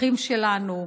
האחים שלנו,